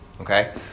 okay